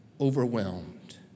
overwhelmed